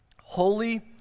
holy